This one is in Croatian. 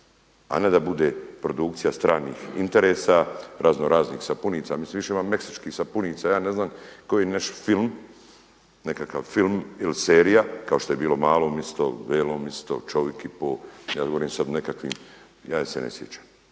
a ne da bude produkcija stranih interesa, raznoraznih sapunica. Mislim imamo više meksičkih sapunica, ja ne znam koji naš film, nekakav film ili serija kao što je bilo „Malo misto“, „Velom isto“, „Čovjek i pol“, ja govorim o sada nekakvim ja ih se ne sjećam.